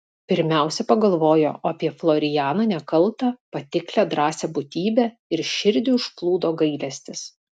pirmiausia pagalvojo apie florianą nekaltą patiklią drąsią būtybę ir širdį užplūdo gailestis